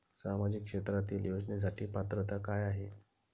सामाजिक क्षेत्रांतील योजनेसाठी पात्रता काय आहे?